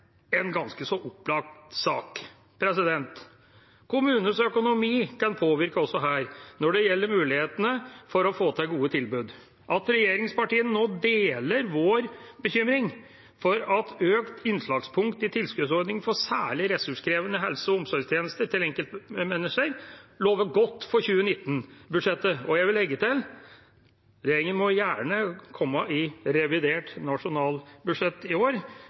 en ganske så opplagt sak. Kommunenes økonomi kan påvirke også her når det gjelder mulighetene for å få til gode tilbud. At regjeringspartiene nå deler vår bekymring for økt innslagspunkt i tilskuddsordningen for særlig ressurskrevende helse- og omsorgstjenester til enkeltmennesker, lover godt for 2019-budsjettet. Og jeg vil legge til: Regjeringa må gjerne i revidert nasjonalbudsjett i år